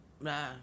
Nah